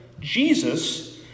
Jesus